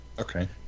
Okay